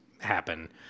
happen